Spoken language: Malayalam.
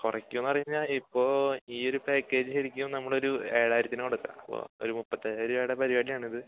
കുറയ്ക്കുവോന്ന് പറഞ്ഞാൽ ഇപ്പോൾ ഈയൊരു പാക്കേജ് ശരിക്കും നമ്മളൊരു ഏഴായിരത്തിന് കൊടുക്കാം അപ്പോൾ ഒരു മുപ്പത്തഞ്ച് രൂപയുടെ പരിപാടിയാണിത്